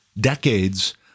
decades